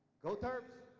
go terps,